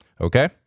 Okay